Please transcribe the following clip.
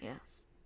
Yes